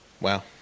Wow